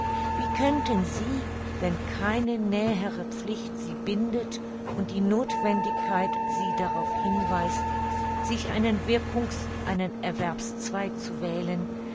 wie könnten sie wenn keine nähere pflicht sie bindet und die nothwendigkeit sie darauf hinweist sich einen wirkungs einen erwerbszweig zu wählen